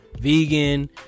vegan